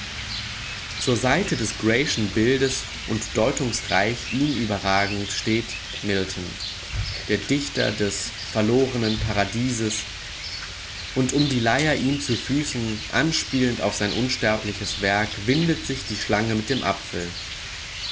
zur seite des grayschen bildes und deutungsreich ihn überragend steht milton der dichter des verlorenen paradieses und um die leier ihm zu füßen anspielend auf sein unsterbliches werk windet sich die schlange mit dem apfel